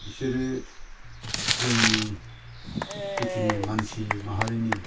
बिसोरो जोंनि जेखिनि मानसि माहारिनि